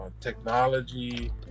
technology